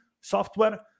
software